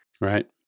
Right